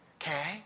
okay